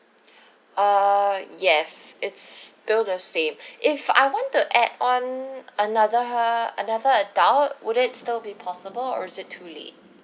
err yes it's still the same if I want to add on another another adult would it still be possible or is it too late